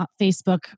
Facebook